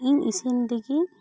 ᱤᱧ ᱤᱥᱤᱱ ᱨᱮᱜᱤ